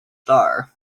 star